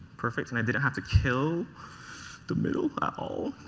perfect. and i didn't have to kill the middle at all.